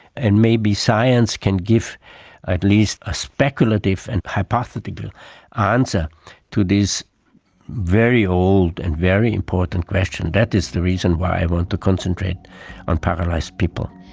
and maybe science can give at least a speculative and hypothetical answer to this very old and very important question. that is the reason why i want to concentrate on paralysed people.